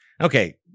Okay